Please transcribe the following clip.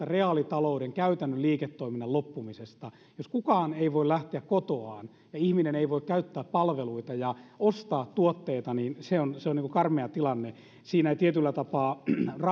reaalitalouden käytännön liiketoiminnan loppumisesta jos kukaan ei voi lähteä kotoaan ja ihminen ei voi käyttää palveluita ja ostaa tuotteita niin se on se on karmea tilanne siinä ei tietyllä tapaa